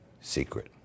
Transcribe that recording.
secret